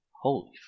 Holy